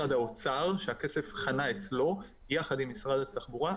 משרד האוצר, שהכסף חנה אצלו, יחד עם משרד התחבורה.